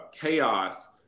chaos